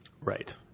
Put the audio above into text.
Right